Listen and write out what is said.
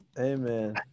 Amen